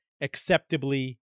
acceptably